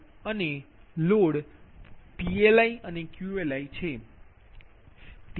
અને load PLi QLi છે